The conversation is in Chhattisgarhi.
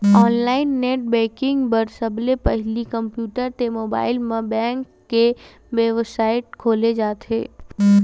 ऑनलाईन नेट बेंकिंग बर सबले पहिली कम्प्यूटर ते मोबाईल म बेंक के बेबसाइट खोले जाथे